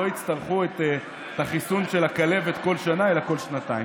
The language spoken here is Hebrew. כך שלא יצטרכו את החיסון של הכלבת כל שנה אלא כל שנתיים.